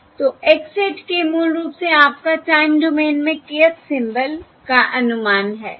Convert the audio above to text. तो x Hat k मूल रूप से आपका टाइम डोमेन में kth सिंबल का अनुमान है